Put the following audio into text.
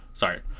Sorry